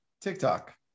TikTok